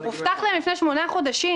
הובטח להם לפני שמונה חודשים,